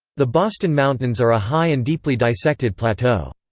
the boston mountains are a high and deeply dissected plateau.